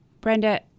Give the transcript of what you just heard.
Brenda